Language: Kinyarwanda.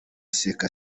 seka